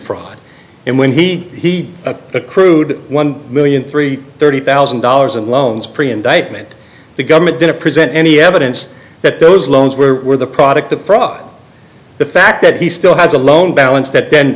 fraud and when he he a crude one million three thirty thousand dollars in loans pre indictment the government didn't present any evidence that those loans were the product of fraud the fact that he still has a loan balance that